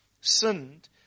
sinned